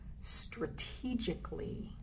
strategically